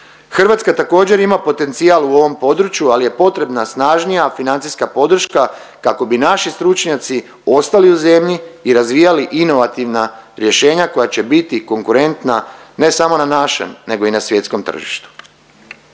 Hrvatska također ima potencijal u ovom području, al je potrebna snažnija financijska podrška kako bi naši stručnjaci ostali u zemlji i razvijali inovativna rješenja koja će biti konkurentna ne samo na našem nego i na svjetskom tržištu.